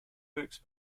works